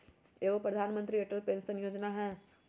एगो प्रधानमंत्री अटल पेंसन योजना है?